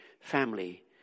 family